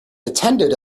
attended